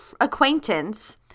acquaintance